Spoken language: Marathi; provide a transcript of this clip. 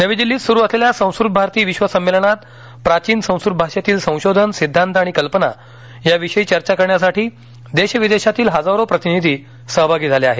नवी दिल्लीत सुरू असलेल्या संस्कृत भारती विश्व संमेलनात प्राचीन संस्कृत भाषेतील संशोधन सिद्धांत आणि कल्पना याविषयी चर्चा करण्यासाठी देश विदेशातील हजारो प्रतिनिधी सहभागी झाले आहेत